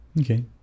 Okay